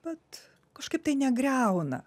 vat kažkaip tai negriauna